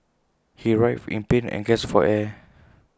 he writhed in pain and gasped for air